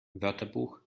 wörterbuch